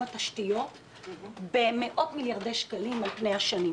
התשתיות במאות מיליארדי שקלים על פני השנים.